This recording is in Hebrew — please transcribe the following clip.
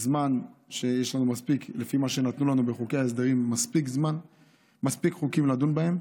לפי מה שנתנו לנו בחוקי ההסדרים יש לנו מספיק חוקים לדון בהם.